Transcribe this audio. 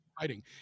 fighting